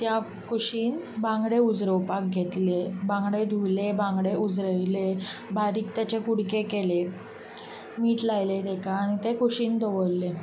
त्या कुशीन बांगडे उजरोवपाक घेतले बांगडे धुले बांगडे उजरयले बारीक ताचे कुडके केले मीठ लायलें ताका आनी ते कुशीन दवरले